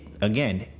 again